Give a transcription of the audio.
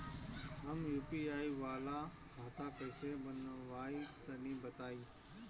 हम यू.पी.आई वाला खाता कइसे बनवाई तनि बताई?